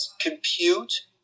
compute